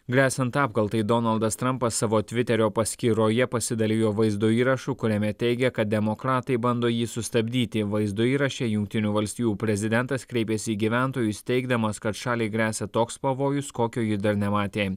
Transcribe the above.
gresiant apgultai donaldas trampas savo tviterio paskyroje pasidalijo vaizdo įrašu kuriame teigia kad demokratai bando jį sustabdyti vaizdo įraše jungtinių valstijų prezidentas kreipėsi į gyventojus teigdamas kad šaliai gresia toks pavojus kokio ji dar nematė